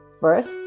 First